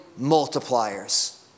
multipliers